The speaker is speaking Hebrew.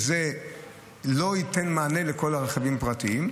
זה לא ייתן מענה לכל הרכבים הפרטיים,